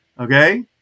okay